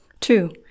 two